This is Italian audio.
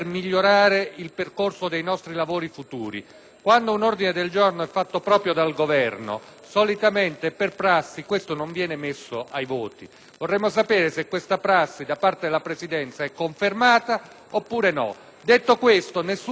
Quando un ordine del giorno è accolto dal Governo, solitamente, per prassi, questo non viene messo ai voti. Vorremmo sapere se questa prassi da parte della Presidenza è confermata o meno. Detto questo, nessuna polemica su quello che è avvenuto.